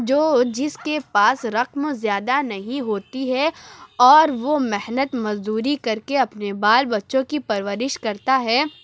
جو جس کے پاس رقم زیادہ نہیں ہوتی ہے اور وہ محنت مزدوری کر کے اپنے بال بچوں کی پرورش کرتا ہے